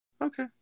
Okay